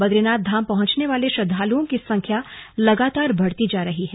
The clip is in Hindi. बदरीनाथ धाम पहुंचने वाले श्रद्वालुओं की संख्या लगातार बढ़ती जा रही है